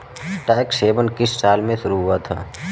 Tax haven किस साल में शुरू हुआ है?